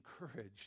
encouraged